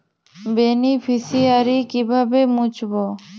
Beneficiary কিভাবে মুছব?